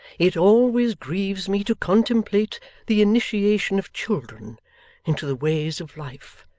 it always grieves me to contemplate the initiation of children into the ways of life,